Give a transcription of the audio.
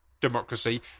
democracy